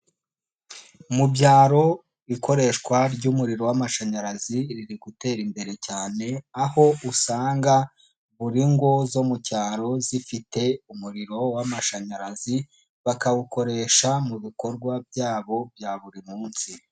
Mu byaro, ikoreshwa ry'umuriro w'amashanyarazi riri gutera imbere cyane, aho usanga buri ngo zo mu cyaro zifite umuriro w'amashanyarazi, bakawukoresha mu bikorwa byabo bya buri munsi.